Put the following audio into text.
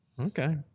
Okay